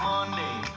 Monday